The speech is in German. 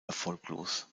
erfolglos